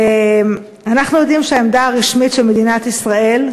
ואנחנו יודעים שהעמדה הרשמית של מדינת ישראל,